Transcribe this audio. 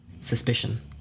Suspicion